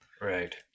Right